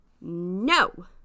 No